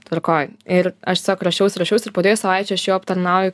tvarkoj ir aš tiesiog ruošiausi ruošiausi ir po dviejų savaičių aš jau aptarnauju